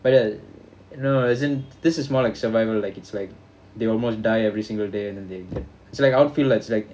but i~ no no as in this is more like survivor like it's like they almost die every single day and then they l~ it's like outfield lah it's like